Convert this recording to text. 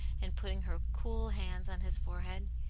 and putting her cool hands on his forehead.